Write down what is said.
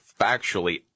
factually